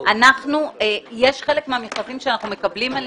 יש חלק מהמכרזים שאנחנו מקבלים.